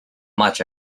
much